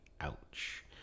Ouch